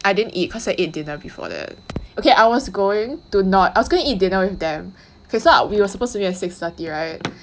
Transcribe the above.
I didn't eat cause I ate dinner before that okay I was going to not I was going to eat dinner with them cause so we were supposed to meet at six thirty [right]